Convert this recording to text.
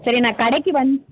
சரி நான் கடைக்கு வந்